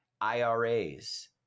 iras